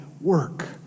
work